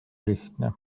lihtne